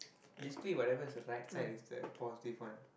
basically whatever is the right side is the positive one